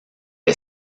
est